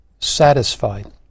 satisfied